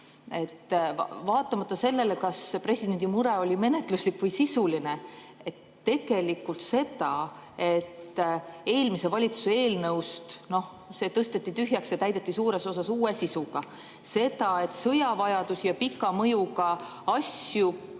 Vaatamata sellele, kas presidendi mure oli menetluslik või sisuline, tegelikult see, et eelmise valitsuse eelnõu tõsteti tühjaks ja täideti suures osas uue sisuga, see, et sõjaga [seotud] vajadusi ja pika mõjuga asju pandi